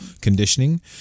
conditioning